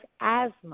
asthma